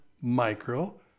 micro